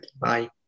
Bye